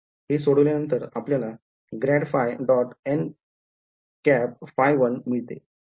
हे सोडवल्यानंतर आपल्याला grad phi dot n hat phi 1 मिळते